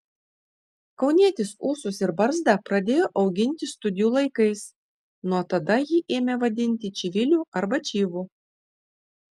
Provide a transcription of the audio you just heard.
kaunietis ūsus ir barzdą pradėjo auginti studijų laikais nuo tada jį ėmė vadinti čiviliu arba čyvu